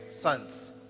sons